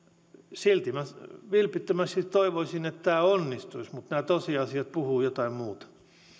silti minä vilpittömästi toivoisin että tämä onnistuisi mutta nämä tosiasiat puhuvat jotain muuta